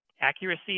accuracy